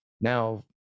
now